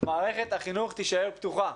מערכת החינוך תישאר פתוחה.